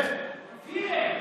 פירר.